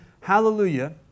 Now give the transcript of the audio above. hallelujah